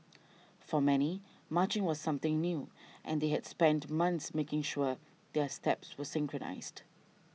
for many marching was something new and they had spent months making sure their steps were synchronised